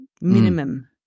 minimum